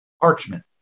parchment